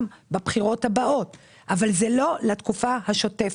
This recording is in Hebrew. בבחירות הבאות אבל זה לא לתקופה השוטפת.